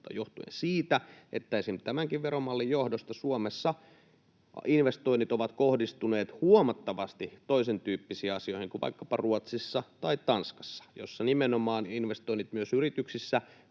johtuen siitä, että esim. tämänkin veromallin johdosta Suomessa investoinnit ovat kohdistuneet huomattavasti toisentyyppisiin asioihin kuin vaikkapa Ruotsissa tai Tanskassa, joissa nimenomaan investoinnit myös yrityksissä